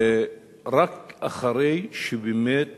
ורק אחרי שבאמת